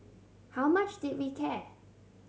how much did we care